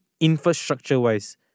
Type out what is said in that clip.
infrastructure-wise